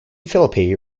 philippe